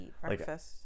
breakfast